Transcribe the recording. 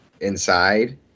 inside